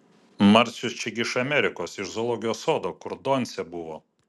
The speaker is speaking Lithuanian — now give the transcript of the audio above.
marčius čia gi iš amerikos iš zoologijos sodo kur doncė buvo